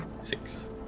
six